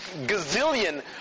gazillion